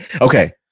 okay